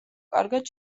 კარგად